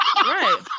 Right